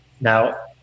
Now